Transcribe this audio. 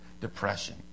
depression